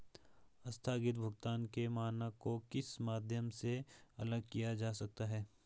आस्थगित भुगतान के मानक को किस माध्यम से अलग किया जा सकता है?